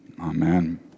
Amen